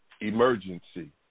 emergency